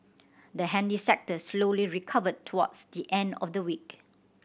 the handy sector slowly recovered towards the end of the week